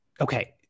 Okay